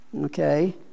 okay